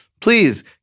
Please